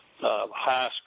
high